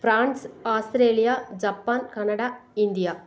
France Australia Japan Canada India